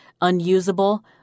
unusable